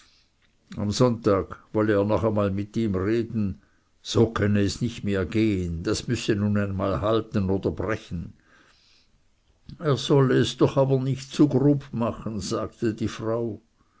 am sonntag wolle er mit ihm noch einmal reden so könne es nicht mehr gehen das müsse nun einmal halten oder brechen er solle es aber doch nicht zu grob machen sagte die frau